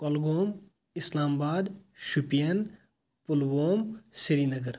Kulgam Islamabad Shopian Pulwama Srinagar